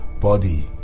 body